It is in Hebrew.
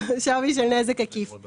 זה קיים גם בקיבוצים בדרום,